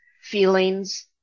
feelings